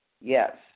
Yes